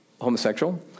homosexual